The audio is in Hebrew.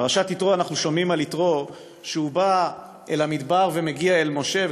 בפרשת יתרו אנחנו שומעים על יתרו שבא אל המדבר ומגיע אל משה.